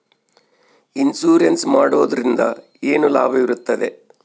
Insurance ಮಾಡೋದ್ರಿಂದ ಏನು ಲಾಭವಿರುತ್ತದೆ?